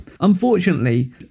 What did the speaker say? Unfortunately